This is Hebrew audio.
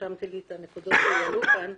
רשמתי לפני את הנקודות שהועלו כאן.